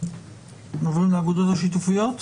עוברים לאגודות השיתופיות.